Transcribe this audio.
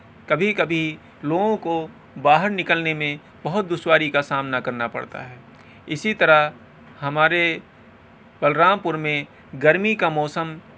کبھی کبھی لوگوں کو باہر نکلنے میں بہت دشواری کا سامنا کرنا پڑتا ہے اسی طرح ہمارے بلرام پور میں گرمی کا موسم